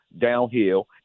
downhill